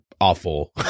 awful